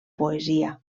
poesia